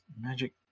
magic